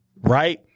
Right